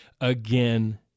again